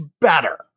better